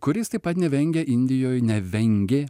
kuris taip pat nevengia indijoj nevengė